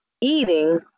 eating